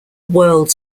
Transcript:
world